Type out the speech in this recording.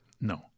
no